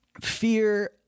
fear